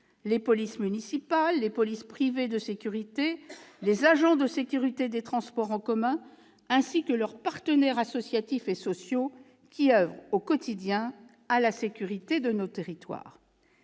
les polices municipales, les sociétés privées de sécurité, les agents de sécurité des transports en commun, ainsi que leurs partenaires associatifs et sociaux qui oeuvrent au quotidien à la sécurité de nos territoires.